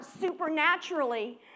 supernaturally